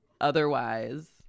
otherwise